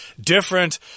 different